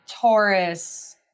Taurus